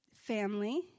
family